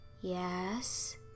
Yes